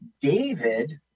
David